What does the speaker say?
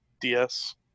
DS